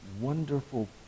wonderful